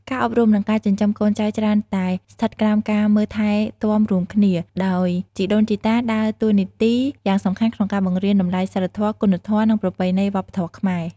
ការអប់រំ និងការចិញ្ចឹមកូនចៅច្រើនតែស្ថិតក្រោមការមើលថែទាំរួមគ្នា ដោយជីដូនជីតាដើរតួនាទីយ៉ាងសំខាន់ក្នុងការបង្រៀនតម្លៃសីលធម៌ គុណធម៌ និងប្រពៃណីវប្បធម៌ខ្មែរ។